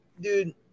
dude